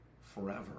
forever